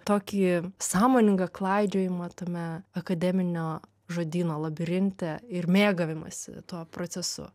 tokį sąmoningą klaidžiojimą tame akademinio žodyno labirinte ir mėgavimąsi tuo procesu